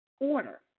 order